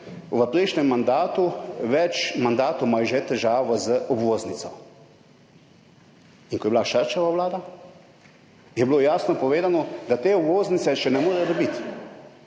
V prejšnjem mandatu, več mandatov imajo že težavo z obvoznico. In ko je bila Šarčeva vlada, je bilo jasno povedano, da te obvoznice še ne morejo dobiti,